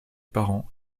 parents